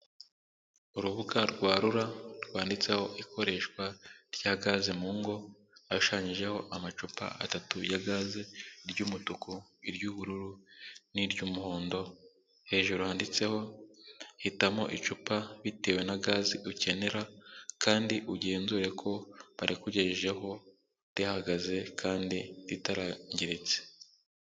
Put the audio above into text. Urubuga rwa RURA rwanditseho ikoreshwa rya gaze mu ngo, ashushanyijeho amacupa atatu ya gaze, iry'umutuku, iry'ubururu, n'iry'umuhondo. Hejuru handitseho: "hitamo icupa bitewe na gazi ukenera kandi ugenzure ko barikugejejeho rihagaze kandi ritarangiritse."